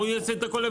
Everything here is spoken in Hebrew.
אני שואל אם זה אפשרי.